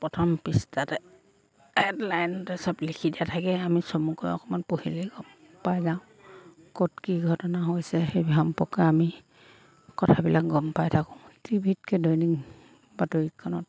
প্ৰথম পৃষ্ঠাতে এড লাইনতে চব লিখি দিয়া থাকে আমি চমুকৈ অকণমান পঢ়িলে গম পাই যাওঁ ক'ত কি ঘটনা হৈছে সেই সম্পৰ্কে আমি কথাবিলাক গম পাই থাকোঁ টি ভি তকৈ দৈনিক বাতৰিখনত